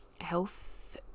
health